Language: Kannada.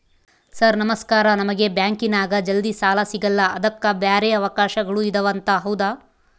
ಸರ್ ನಮಸ್ಕಾರ ನಮಗೆ ಬ್ಯಾಂಕಿನ್ಯಾಗ ಜಲ್ದಿ ಸಾಲ ಸಿಗಲ್ಲ ಅದಕ್ಕ ಬ್ಯಾರೆ ಅವಕಾಶಗಳು ಇದವಂತ ಹೌದಾ?